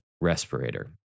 respirator